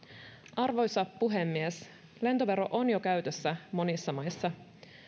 arvoisa puhemies lentovero on jo käytössä monissa maissa